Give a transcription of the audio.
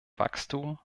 wachstum